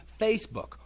Facebook